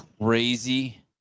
crazy